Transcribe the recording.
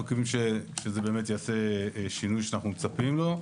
אנחנו מקווים שזה באמת יעשה את השינוי שאנחנו מצפים לו.